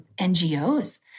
NGOs